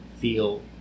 feel